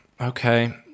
Okay